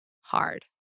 Hard